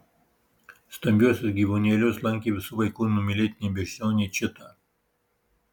stambiuosius gyvūnėlius lankė visų vaikų numylėtinė beždžionė čita